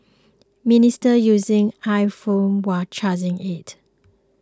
minister using iPhone while charging it